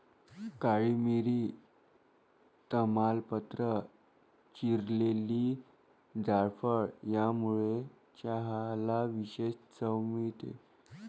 काळी मिरी, तमालपत्र, चिरलेली जायफळ यामुळे चहाला विशेष चव मिळते